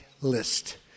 list